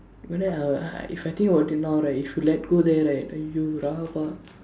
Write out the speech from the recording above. but then I uh if I think about it now right if you let go there right then you rabak